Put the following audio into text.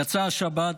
יצאה השבת,